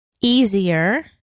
easier